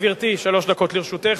גברתי, שלוש דקות לרשותך.